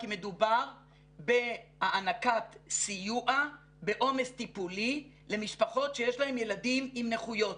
כי מדובר בהענקת סיוע בעומס טיפולי למשפחות שיש להם ילדים עם נכויות.